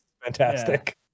fantastic